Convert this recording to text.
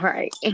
Right